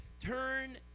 turn